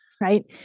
Right